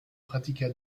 pratiqua